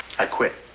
i quit.